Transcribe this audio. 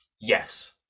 Yes